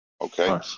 Okay